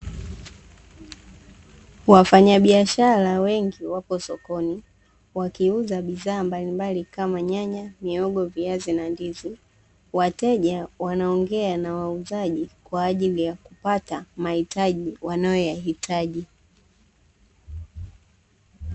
Wafanyabiashara wengi wako sokoni, wakiuza bidhaa mbalimbali kama: nyanya, mihogo, viazi na ndizi. Wateja wanaongea na wauzaji kwa ajili ya kupata mahitaji wanayoyahitaji.